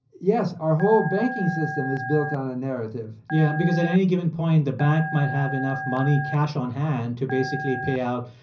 yes, our whole banking system is built on a narrative yeah. because at any given point, the bank might have enough money cash on hand to basically pay out,